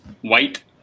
white